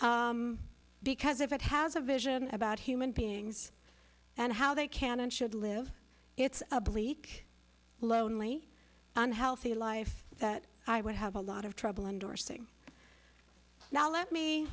because if it has a vision about human beings and how they can and should live it's a bleak lonely unhealthy life that i would have a lot of trouble endorsing now let me